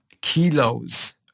kilos